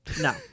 No